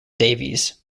davies